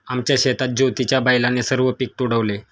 आमच्या शेतात ज्योतीच्या बैलाने सर्व पीक तुडवले